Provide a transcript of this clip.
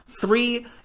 Three